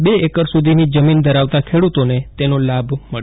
બે એકર સુધીની જમીન ધરાવતા ખેડૂતોને તેનો લાભ મળશે